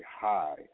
high